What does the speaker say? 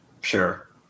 Sure